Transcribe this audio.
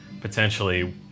potentially